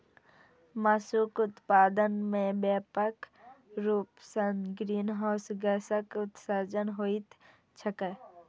मासुक उत्पादन मे व्यापक रूप सं ग्रीनहाउस गैसक उत्सर्जन होइत छैक